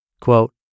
Quote